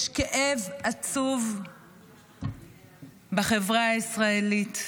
יש כאב עצוב בחברה הישראלית.